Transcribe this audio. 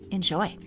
Enjoy